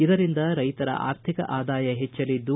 ಇದರಿಂದ ರೈತರ ಆರ್ಥಿಕ ಆದಾಯ ಹೆಚ್ಚಲಿದ್ದು